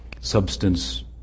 substance